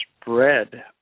spread